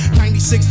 96